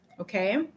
Okay